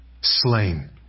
slain